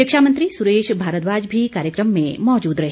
शिक्षा मंत्री सुरेश भारद्वाज भी कार्यक्रम में मौजूद रहे